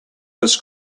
this